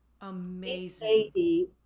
amazing